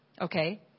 okay